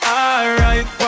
alright